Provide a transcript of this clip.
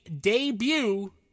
debut